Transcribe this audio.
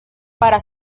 para